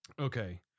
okay